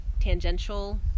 tangential